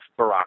Barack